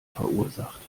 verursacht